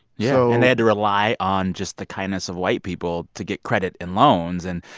yeah. and they had to rely on just the kindness of white people to get credit and loans. and,